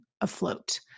afloat